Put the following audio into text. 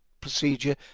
procedure